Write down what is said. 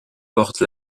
portes